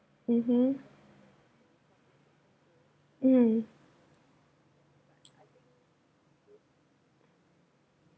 mmhmm mm